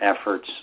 efforts